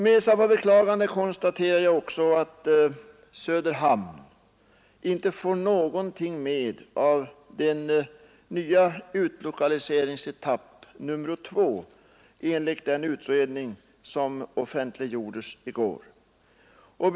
Med samma beklagande konstaterar jag också att Söderhamn enligt den utredning som offentliggjordes i går inte får något med av den nya utlokaliseringsetappen nr 2.